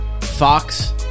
Fox